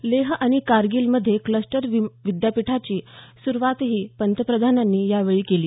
लेह आणि कारगिल मध्ये क्रस्टर विद्यापीठाची सुरुवातही पंतप्रधानांनी यावेळी केली